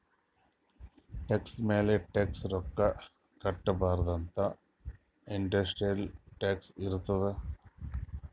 tax ಮ್ಯಾಲ tax ರೊಕ್ಕಾ ಕಟ್ಟಬಾರ್ದ ಅಂತ್ ಇಂಟರ್ನ್ಯಾಷನಲ್ ಟ್ಯಾಕ್ಸ್ ಇರ್ತುದ್